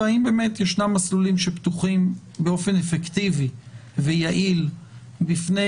והאם ישנם מסלולים שפתוחים באופן אפקטיבי ויעיל גם בפני